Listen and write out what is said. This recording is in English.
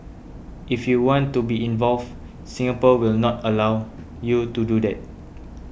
if you want to be involved Singapore will not allow you to do that